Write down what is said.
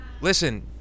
listen